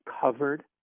covered